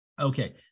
okay